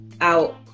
out